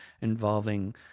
involving